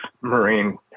Marine